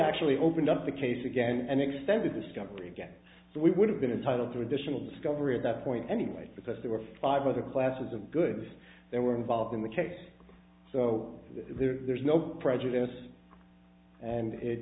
actually opened up the case again and extended discovery again so we would have been entitled to additional discovery of that point anyway because there were five other classes of goods there were involved in the case so that there's no prejudice and it